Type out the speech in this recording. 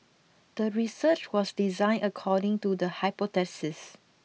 the research was designed according to the hypothesis